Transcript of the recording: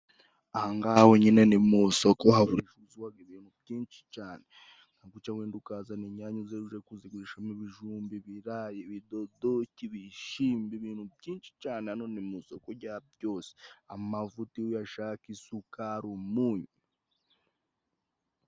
Aha ng'aha honyine ni mu soko habarizwaga ibintu byinshi cane. Nka guca wenda ukazana inyanya uje kuzigurisha, ibijumba, ibidodoki, ibishimbo, ibintu byinshi cane. Hano ni mu soko rya byose, amavuta iyo uyashaka, isukari, umunyu.